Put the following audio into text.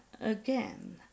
again